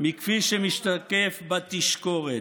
מכפי שמשתקף בתשקורת.